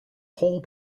whole